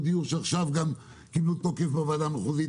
דיור שעכשיו קיבלו תוקף בוועדה המחוזית,